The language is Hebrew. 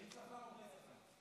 עם שפם או בלי שפם?